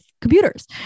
computers